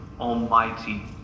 almighty